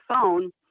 phone